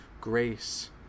grace